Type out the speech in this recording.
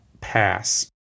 pass